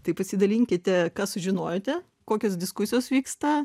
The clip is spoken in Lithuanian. tai pasidalinkite ką sužinojote kokios diskusijos vyksta